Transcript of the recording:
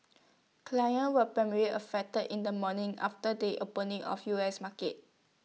clients were primarily affected in the morning after they opening of U S markets